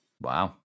Wow